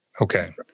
Okay